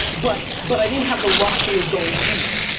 but but i didn't have the luxury of going deep.